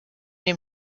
dem